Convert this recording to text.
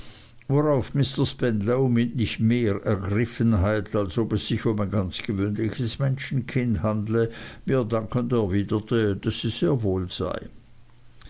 worauf mr spenlow mit nicht mehr ergriffenheit als ob es sich um ein ganz gewöhnliches menschenkind handle mir dankend erwiderte daß sie sehr wohl sei